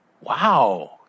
wow